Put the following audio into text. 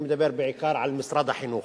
אני מדבר בעיקר על משרד החינוך,